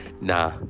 Nah